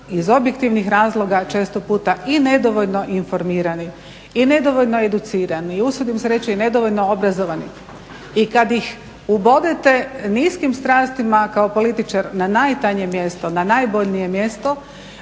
iz objektivnih razloga često puta i nedovoljno informirani i nedovoljno educirani i usudim se reći i nedovoljno obrazovani. I kad ih ubodete niskim strastima kao političar na najtanje mjesto, na najbolnije mjesto